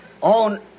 on